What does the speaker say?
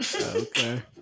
Okay